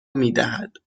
میدهد